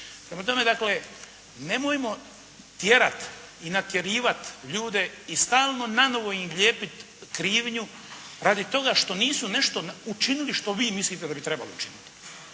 Prema tome dakle nemojmo tjerati i natjerivati ljude i stalno nanovo im lijepiti krivnju radi toga što nisu nešto učinili što vi mislite da bi trebali učiniti.